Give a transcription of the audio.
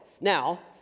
Now